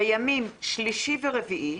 בימים שלישי ורביעי,